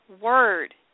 word